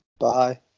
Bye